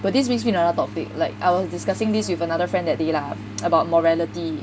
but this bring me another topic like I was discussing this with another friend that day lah about morality